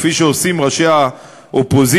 כפי שעושים ראשי האופוזיציה,